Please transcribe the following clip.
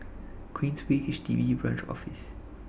Queensway HDB Branch Office